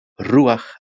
Ruach